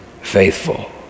faithful